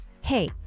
Hey